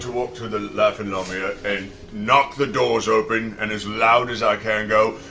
to walk to the laughing lamia and knock the doors open and as loud as i can, go,